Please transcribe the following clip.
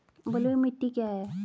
बलुई मिट्टी क्या है?